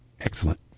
Excellent